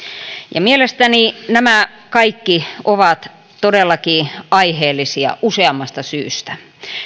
mielestäni nämä kaikki ovat todellakin aiheellisia useammasta syystä